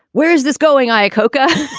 where's this going, iacocca?